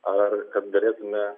ar kad galėtume